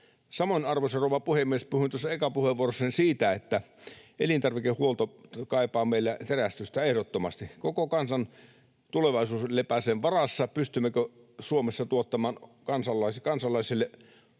Samoin, arvoisa rouva puhemies, puhuin tuossa ekassa puheenvuorossani siitä, että elintarvikehuolto kaipaa meillä terästystä ehdottomasti. Koko kansan tulevaisuus lepää sen varassa, pystymmekö Suomessa tuottamaan kansalaisille